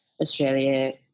Australia